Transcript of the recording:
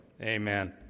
amen